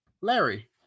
Larry